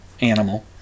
animal